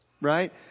Right